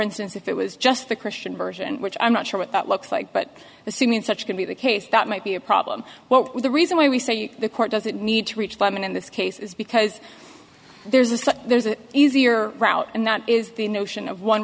instance if it was just the christian version which i'm not sure what that looks like but assuming such could be the case that might be a problem well the reason why we say the court doesn't need to reach clement in this case is because there's this there's an easier route and that is the notion of one